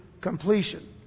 completion